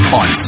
on